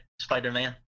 Spider-Man